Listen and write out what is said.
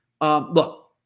Look